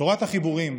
תורת החיבורים